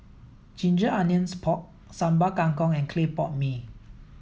ginger onions pork Sambal Kangkong and clay pot mee